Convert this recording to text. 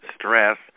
stress